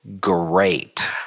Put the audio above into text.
great